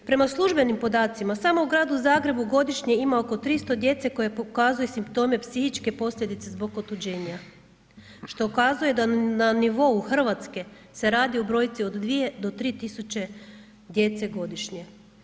Prema službenim podacima, samo u Gradu Zagrebu godišnje ima oko 300 djece koje pokazuje psihičke posljedice zbog otuđenja, što ukazuje na nivou Hrvatske se radi o brojci od 2 do 3 tisuće djece godišnje.